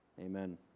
Amen